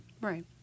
Right